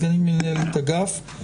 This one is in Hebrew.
סגנית מנהל אגף.